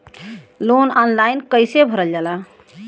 Loan online कइसे भरल जाला?